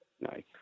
nice